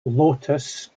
lotus